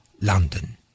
london